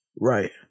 right